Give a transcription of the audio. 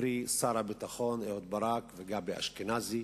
קרי שר הביטחון אהוד ברק וגבי אשכנזי,